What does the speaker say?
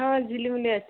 ହଁ ଝିଲିମିଲି ଅଛି